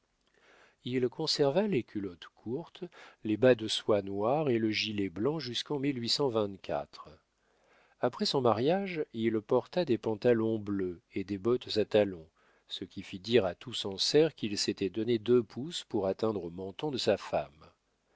il conserva les culottes courtes les bas de soie noirs et le gilet blanc jusquen après son mariage il porta des pantalons bleus et des bottes à talons ce qui fit dire à tout sancerre qu'il s'était donné deux pouces pour atteindre au menton de sa femme